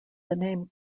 name